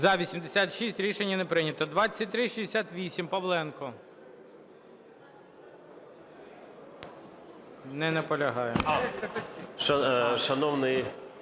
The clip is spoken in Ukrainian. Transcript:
За-67 Рішення не прийнято.